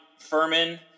Furman